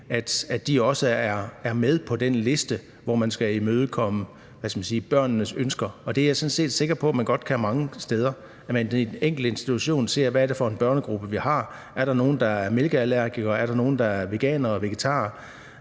værende med på den liste, hvor man skal imødekomme børnenes ønsker. Det er jeg sådan set sikker på at man godt kan mange steder – at man den i enkelte institution ser på, hvad det er for en børnegruppe, man har. Er der nogle, der er mælkeallergikere, er der nogle, der er veganere eller vegetarer,